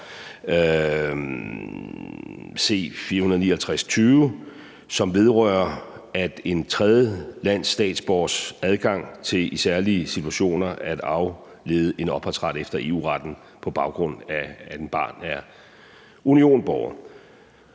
C-459/20, som vedrører en tredjelandsstatsborgers adgang til i særlige situationer at aflede en opholdsret efter EU-retten, på baggrund af at et barn er unionsborger.